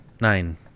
Nine